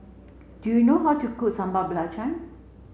do you know how to cook Sambal Belacan